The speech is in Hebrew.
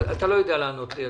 אתה לא יודע לענות לי על זה.